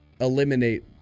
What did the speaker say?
eliminate